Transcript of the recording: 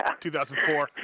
2004